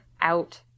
out